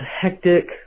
hectic